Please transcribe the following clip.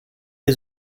les